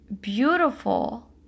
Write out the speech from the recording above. beautiful